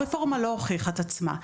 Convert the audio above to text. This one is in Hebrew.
הרפורמה לא הוכיחה את עצמה.